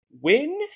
win